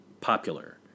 popular